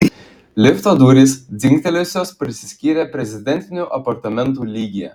lifto durys dzingtelėjusios prasiskyrė prezidentinių apartamentų lygyje